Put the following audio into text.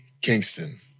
Kingston